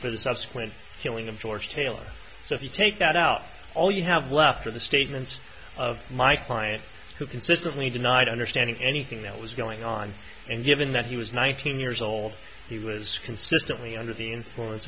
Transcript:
for the subsequent killing of george taylor so if you take that out all you have left are the statements of my client who consistently denied understanding anything that was going on and given that he was nineteen years old he was consistently under the influence